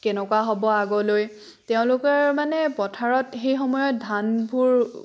কেনেকুৱা হ'ব আগলৈ তেওঁলোকে মানে পথাৰত সেই সময়ত ধানবোৰ